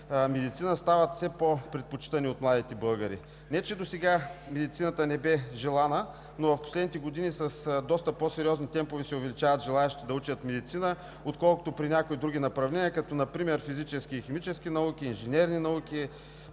„медицина“ стават все по-предпочитани от младите българи – не че досега медицината не беше желана, но в последните години с доста по-сериозни темпове се увеличават желаещите да учат медицина, отколкото при някои други направления като например: физически и химически науки, инженерни науки,